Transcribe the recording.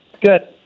Good